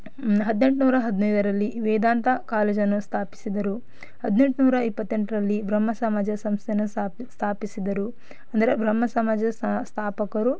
ಹದಿನೆಂಟ್ನೂರ ಹದಿನೈದರಲ್ಲಿ ವೇದಾಂತ ಕಾಲೇಜನ್ನು ಸ್ಥಾಪಿಸಿದರು ಹದಿನೆಂಟ್ನೂರ ಇಪ್ಪತ್ತೆಂಟರಲ್ಲಿ ಬ್ರಹ್ಮ ಸಮಾಜ ಸಂಸ್ಥೆಯನ್ನು ಸ್ಥಾಪಿಸಿದರು ಅಂದರೆ ಬ್ರಹ್ಮ ಸಮಾಜದ ಸ್ಥಾಪಕರು